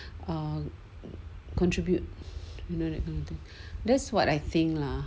ah contribute no that's what I think lah